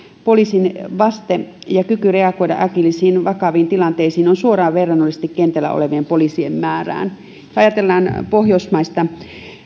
poliisin vaste ja kyky reagoida äkillisiin vakaviin tilanteisiin on suoraan verrannollinen kentällä olevien poliisien määrään jos ajatellaan pohjoismaista